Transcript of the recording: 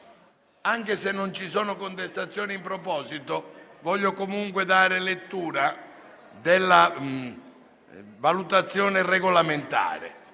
Anche se non ci sono contestazioni in proposito, voglio comunque dare lettura della valutazione regolamentare: